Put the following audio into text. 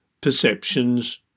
perceptions